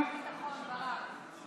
(קוראת בשמות חברי הכנסת)